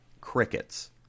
Crickets